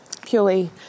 Purely